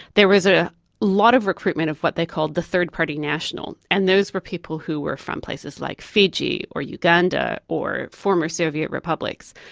there was a lot of recruitment of what they called the third-party national, and those were people who were from places like fiji or uganda or former soviet republics.